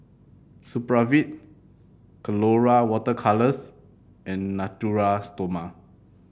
Supravit Colora Water Colours and Natura Stoma